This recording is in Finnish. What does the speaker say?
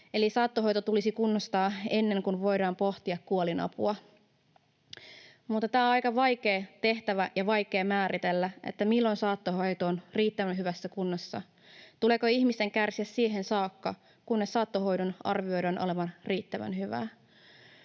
saattohoito tulisi kunnostaa ennen kuin voidaan pohtia kuolinapua. Mutta tämä on aika vaikea tehtävä, ja on vaikea määritellä, milloin saattohoito on riittävän hyvässä kunnossa. Tuleeko ihmisten kärsiä siihen saakka, kunnes saattohoidon arvioidaan olevan riittävän hyvää?